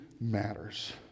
matters